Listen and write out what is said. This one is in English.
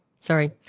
Sorry